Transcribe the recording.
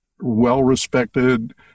well-respected